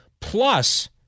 plus